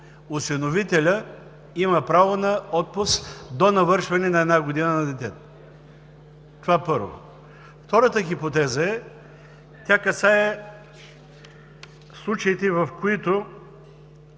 осиновителят има право на отпуск до навършване на една година на детето – това първо. Втората хипотеза касае случаите, в които